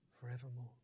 forevermore